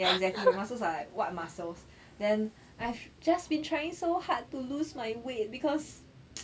ya exactly my muscles are like what muscles then I've just been trying so hard to lose my weight because